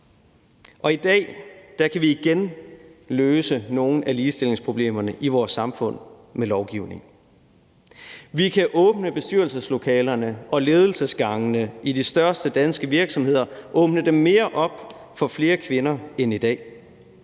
i dag kan vi igen løse nogle af ligestillingsproblemerne i vores samfund med lovgivning. Vi kan åbne bestyrelseslokalerne og ledelsesgangene i de største danske virksomheder, åbne dem mere op for flere kvinder end i dag.